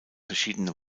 verschiedene